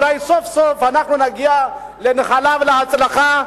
אולי סוף-סוף אנחנו נגיע לנחלה ולהצלחה,